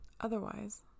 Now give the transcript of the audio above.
Otherwise